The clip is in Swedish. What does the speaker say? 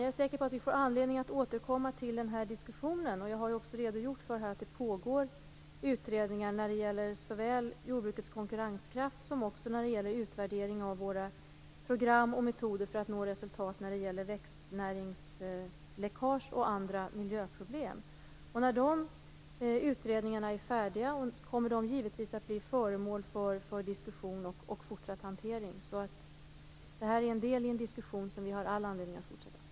Jag är säker på att vi får anledning att återkomma till den här diskussionen. Jag har redogjort för att det pågår utredningar när det gäller såväl jordbrukets konkurrenskraft som utvärdering av våra program och metoder för att nå resultat i fråga om växtnäringsläckage och andra miljöproblem. När de utredningarna är färdiga kommer de givetvis att bli föremål för diskussion och fortsatt hantering. Det här är en del i en diskussion som vi har all anledning att fortsätta.